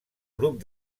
grup